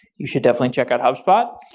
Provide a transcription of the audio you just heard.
you should definitely check out hubspot.